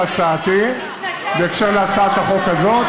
על הצעתי בקשר להצעת החוק הזאת,